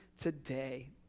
today